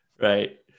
right